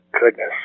goodness